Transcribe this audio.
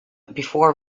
before